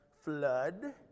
flood